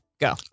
go